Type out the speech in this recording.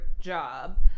job